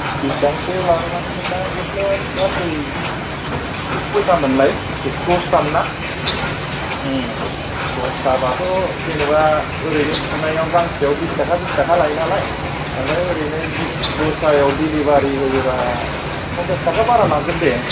बिसिबां सो लागोन मानि नोंना गस्लाया गासै खयथामोन लाय द दसथामोन ना दसथाबाथ' जेनोबा ओरैनो सुनायाव गांसेयाव बिसथाखा बिसथाखा लायो नालाय ओमफ्राय ओरैनो बि दसथायाव दिलिबारि होयोबा फनसास थाखा बारा लागोन दे